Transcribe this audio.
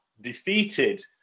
defeated